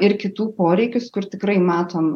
ir kitų poreikius kur tikrai matom